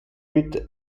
mit